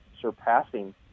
surpassing